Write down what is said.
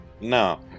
No